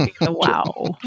wow